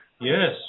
Yes